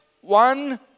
one